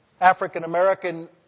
African-American